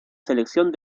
selección